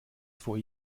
vor